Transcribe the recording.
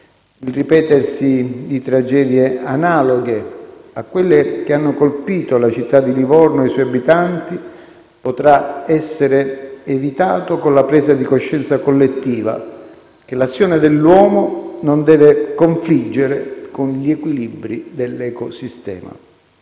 Il ripetersi di tragedie analoghe a quelle che hanno colpito la città di Livorno e i suoi abitanti potrà essere evitato con la presa di coscienza collettiva che l'azione dell'uomo non deve confliggere con gli equilibri dell'ecosistema.